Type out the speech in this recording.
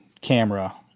camera